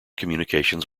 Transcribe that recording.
communications